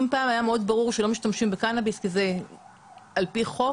אם פעם היה מאוד ברור כי לא משתמשים בקנאביס כי זה על פי חוק,